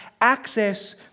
access